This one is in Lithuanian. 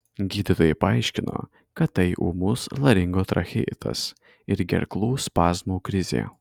gydytojai paaiškino kad tai ūmus laringotracheitas ir gerklų spazmų krizė